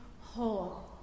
whole